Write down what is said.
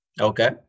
Okay